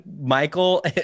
Michael